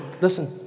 listen